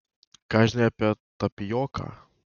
ką žinai apie tapijoką